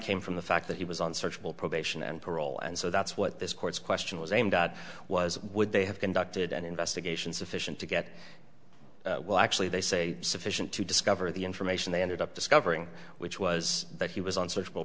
came from the fact that he was on searchable probation and parole and so that's what this court's question was aimed at was would they have conducted an investigation sufficient to get well actually they say sufficient to discover the information they ended up discovering which was that he was on searchable